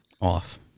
Off